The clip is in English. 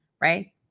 Right